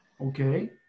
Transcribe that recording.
Okay